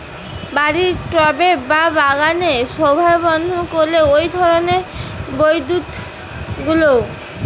বাড়ির টবে বা বাগানের শোভাবর্ধন করে এই ধরণের বিরুৎগুলো